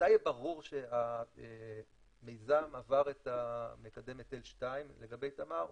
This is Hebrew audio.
מתי יהיה ברור שהמיזם עבר את מקדם ההיטל 2 לגבי תמר,